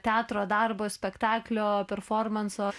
teatro darbo spektaklio performanso